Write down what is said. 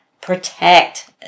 protect